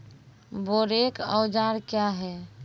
बोरेक औजार क्या हैं?